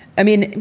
i mean,